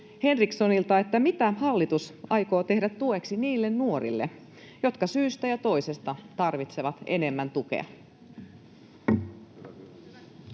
Henrikssonilta: mitä hallitus aikoo tehdä tueksi niille nuorille, jotka syystä ja toisesta tarvitsevat enemmän tukea?